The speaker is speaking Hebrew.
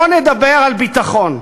בוא נדבר על ביטחון,